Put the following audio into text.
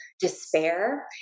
despair